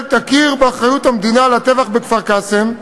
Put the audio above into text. תכיר באחריות המדינה לטבח בכפר-קאסם,